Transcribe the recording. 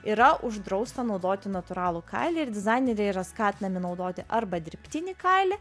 yra uždrausta naudoti natūralų kailį ir dizaineriai yra skatinami naudoti arba dirbtinį kailį